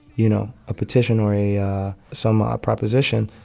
you know, a petition or a some ah proposition,